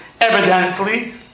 Evidently